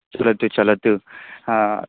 चलति चलतु हा